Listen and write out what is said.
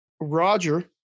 Roger